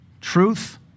truth